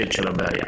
הבעיה.